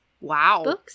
wow